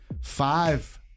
five